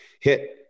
hit